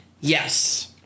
Yes